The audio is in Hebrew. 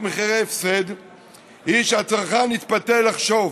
במחירי הפסד היא שהצרכן יתפתה לחשוב